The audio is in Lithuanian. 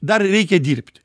dar reikia dirbti